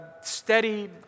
steady